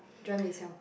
dry mee siam